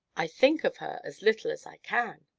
i think of her as little as i can.